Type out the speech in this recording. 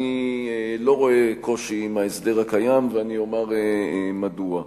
אני לא רואה קושי בהסדר הקיים, ואני אומר מדוע.